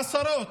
עשרות